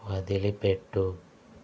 వదిలిపెట్టు